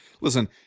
Listen